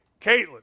Caitlin